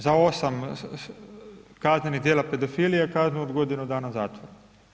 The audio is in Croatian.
Za osam kaznenih djela pedofilije, kaznu od godinu dana zatvora.